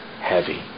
Heavy